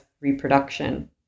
reproduction